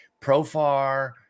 Profar